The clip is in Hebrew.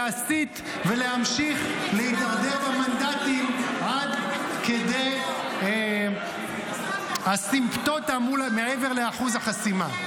ולהסית ולהמשיך להידרדר במנדטים עד כדי אסימפטוטה מעבר לאחוז החסימה.